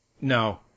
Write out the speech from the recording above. No